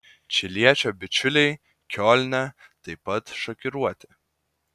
čiliečio bičiuliai kiolne taip pat šokiruoti